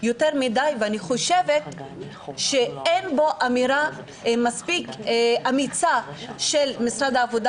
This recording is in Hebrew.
ואני חושבת שאין פה אמירה מספיקה אמיצה של משרד העבודה